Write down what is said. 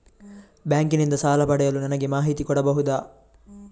Bank ನಿಂದ ಸಾಲ ಪಡೆಯಲು ನನಗೆ ಮಾಹಿತಿ ಕೊಡಬಹುದ?